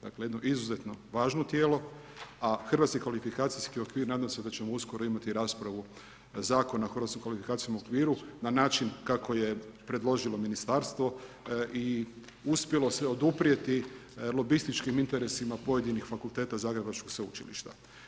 Dakle jedno izuzetno važno tijelo, a Hrvatski kvalifikacijski okvir nadam se da ćemo uskoro imati raspravu Zakona o hrvatskom kvalifikacijskom okviru na način kako je predložilo ministarstvo i uspjelo se oduprijeti lobističkim interesima pojedinih fakulteta zagrebačkog sveučilišta.